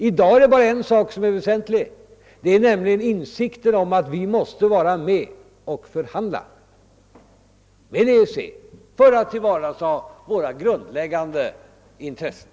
I dag är det bara en såk som är väsentlig, nämligen insikten om att vi måste vara med och förhandla med EEC för att tillvarata våra grundläggande intressen.